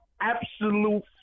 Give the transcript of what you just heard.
absolute